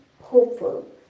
hopeful